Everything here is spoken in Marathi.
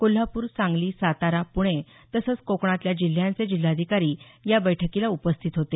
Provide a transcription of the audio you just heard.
कोल्हापूर सांगली सातारा पुणे तसंच कोकणातल्या जिल्ह्यांचे जिल्हाधिकारी या बैठकीला उपस्थित होते